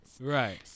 Right